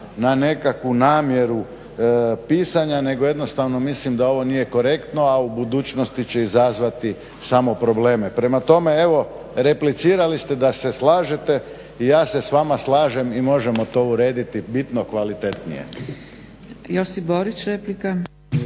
na nekakvu namjeru pisanja nego jednostavno mislim da ovo nije korektno, a u budućnosti će izazvati samo probleme. Prema tome, evo replicirali ste da se slažete i ja se s vama slažem i možemo to urediti bitno kvalitetnije. **Zgrebec, Dragica